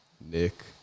Nick